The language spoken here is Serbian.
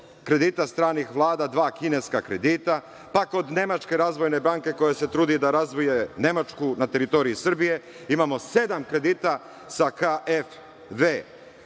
kredita stranih vlada dva kineska kredita, pa kod Nemačke razvojne banke, koja se trudi da razvije Nemačku na teritoriji Srbije, imamo sedam kredita sa „KfW“